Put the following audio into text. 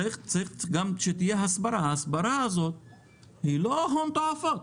צריך שתהיה הסברה, והיא לא עולה הון תועפות.